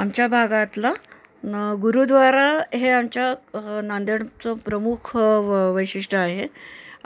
आमच्या भागातलं न गुरुद्वारा हे आमच्या नांदेडचं प्रमुख व वैशिष्ट्य आहे